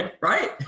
right